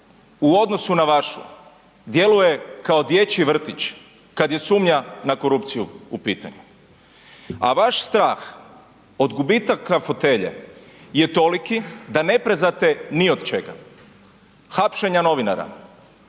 u odnosu na vašu djeluje kao dječji vrtić kada je sumnja na korupciju u pitanju. A vaš strah od gubitaka fotelje je toliki da neprezate ni od čega. Hapšenja novinara,